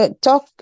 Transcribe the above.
talk